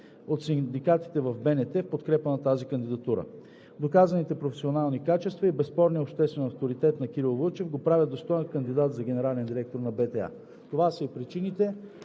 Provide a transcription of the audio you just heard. от синдикатите в БНТ в подкрепа на тази кандидатура. Доказаните професионални качества и безспорният обществен авторитет на Кирил Вълчев го правят достоен кандидат за генерален директор на БТА. Това са причините,